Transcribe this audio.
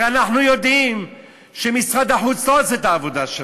הרי אנחנו יודעים שמשרד החוץ לא עושה את העבודה שלו,